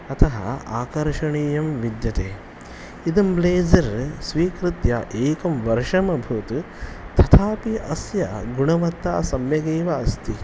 अतः आकर्षणीयं विद्यते इदं ब्लेज़र् स्वीकृत्य एकं वर्षमभूत् तथापि अस्य गुणवत्ता सम्यगेव अस्ति